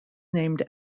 named